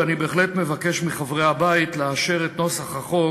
ואני בהחלט מבקש מחברי הבית לאשר את נוסח החוק